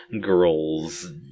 girls